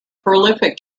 prolific